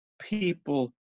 People